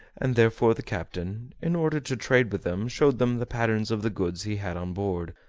and therefore the captain, in order to trade with them, showed them the patterns of the goods he had on board,